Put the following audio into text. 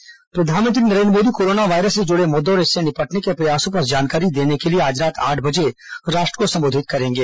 प्रधानमंत्री संबोधन प्रधानमंत्री नरेन्द्र मोदी कोरोना वायरस से जुड़े मुद्दों और इससे निपटने के प्रयासों पर जानकारी देने को लिए आज रात आठ बजे राष्ट्र को संबोधित करेंगे